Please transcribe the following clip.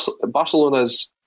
Barcelona's